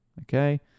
Okay